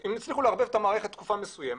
הם הצליחו לערבב את המערכת תקופה מסוימת.